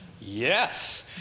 Yes